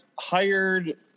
hired